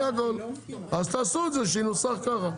אז תעשו את זה שינוסח ככה.